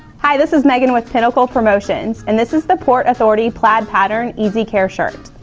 hi, this is megan with pinnacle promotions and this is the port authority plaid pattern easy care shirt.